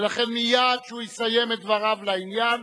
ולכן מייד כשהוא יסיים את דבריו לעניין,